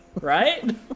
Right